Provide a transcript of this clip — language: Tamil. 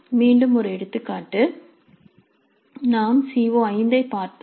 மீண்டும் ஒரு எடுத்துக்காட்டு நாம் சிஓ5 ஐப் பார்த்தோம்